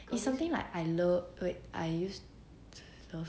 it's something like I loved wait I used to love